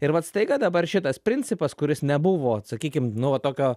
ir vat staiga dabar šitas principas kuris nebuvo sakykim nu va tokio